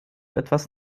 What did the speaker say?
etwas